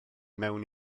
mewn